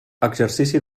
exercici